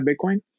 Bitcoin